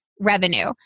revenue